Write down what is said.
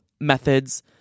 methods